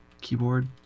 keyboard